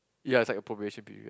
ya it's like a probation period